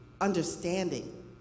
Understanding